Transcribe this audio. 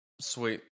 Sweet